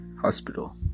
hospital